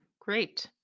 great